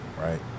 right